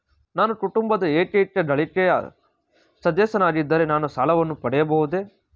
ನಾನು ಕುಟುಂಬದ ಏಕೈಕ ಗಳಿಕೆಯ ಸದಸ್ಯನಾಗಿದ್ದರೆ ನಾನು ಸಾಲವನ್ನು ಪಡೆಯಬಹುದೇ?